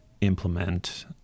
implement